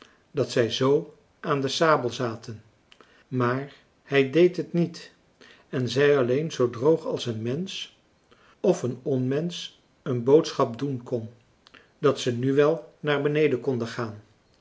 dat zij zoo aan de sabel zaten maar hij deed het niet en zei alleen zoo droog als een mensch of een onmensch een boodschap doen kon dat françois haverschmidt familie en kennissen ze nu wel naar beneden konden gaan